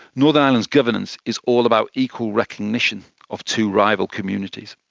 northern ireland governance is all about equal recognition of two rival communities.